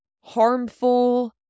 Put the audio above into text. harmful